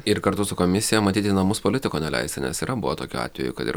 ir kartu su komisija matyt į namus politiko neleisi nes yra buvę tokių atvejų kad ir